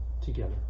together